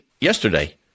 yesterday